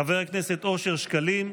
חבר הכנסת אושר שקלים,